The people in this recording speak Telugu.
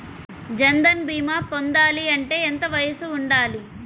జన్ధన్ భీమా పొందాలి అంటే ఎంత వయసు ఉండాలి?